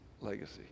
legacy